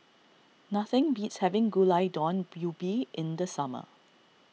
nothing beats having Gulai Daun Ubi in the summer